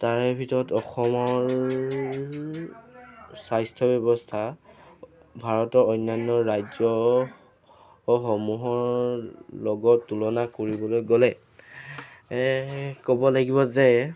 তাৰে ভিতৰত অসমৰ স্বাস্থ্যব্যৱস্থা ভাৰতৰ অন্যান্য ৰাজ্যসমূহৰ লগত তুলনা কৰিবলৈ গ'লে এই ক'ব লাগিব যে